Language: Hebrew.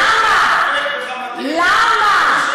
למה?